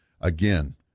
Again